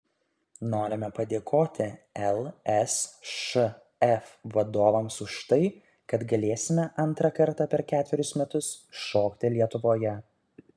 norime padėkoti lsšf vadovams už tai kad galėsime antrą kartą per ketverius metus šokti lietuvoje